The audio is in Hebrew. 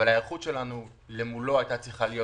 אבל ההיערכות שלנו למולו הייתה צריכה להיות